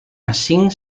asing